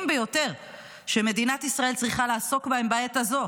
ביותר שמדינת ישראל צריכה לעסוק בהם בעת הזאת.